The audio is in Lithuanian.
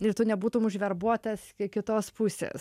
ir tu nebūtum užverbuotas kitos pusės